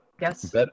Yes